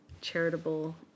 Charitable